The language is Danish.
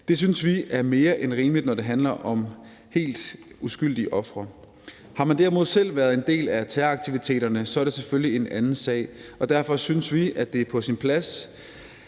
Det synes vi er mere end rimeligt, når det handler om helt uskyldige ofre. Har man derimod selv været en del af terroraktiviteterne, er det selvfølgelig en anden sag, og derfor synes vi, at det er på sin plads,